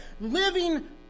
living